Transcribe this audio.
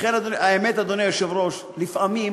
האמת, אדוני היושב-ראש, לפעמים